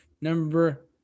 number